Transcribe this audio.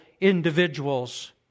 individuals